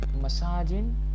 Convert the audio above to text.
massaging